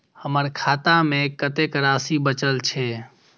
हमर खाता में कतेक राशि बचल छे?